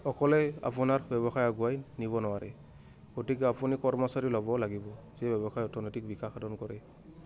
অকলে আপোনাৰ ব্যৱসায় আগুৱাই নিব নোৱাৰে গতিকে আপুনি কৰ্মচাৰী ল'ব লাগিব যি ব্যৱসায় অৰ্থনৈতিক বিকাশ সাধন কৰে